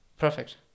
Perfect